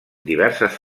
diverses